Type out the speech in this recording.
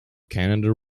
canada